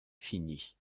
finis